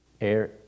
air